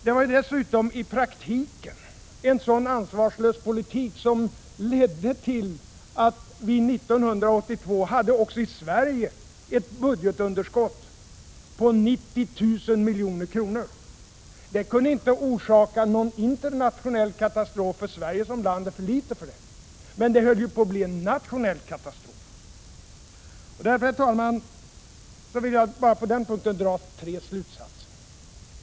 Det var dessutom i praktiken en sådan ansvarslös politik som ledde till att vi 1982 också i Sverige hade ett budgetunderskott på 90 miljarder kronor. Det kunde inte orsaka någon internationell katastrof, för Sverige som land är för litet för det, men det höll på att bli en nationell katastrof. Herr talman! Jag vill på den här punkten dra tre slutsatser.